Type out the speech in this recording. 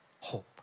hope